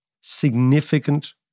significant